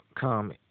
come